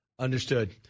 Understood